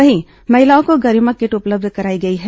वहीं महिलाओं को गरिमा किट उपलब्ध कराई गई है